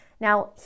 Now